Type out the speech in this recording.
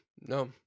No